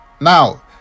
Now